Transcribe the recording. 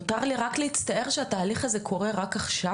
נותר לי רק להצטער על כך שהתהליך הזה קורה רק עכשיו.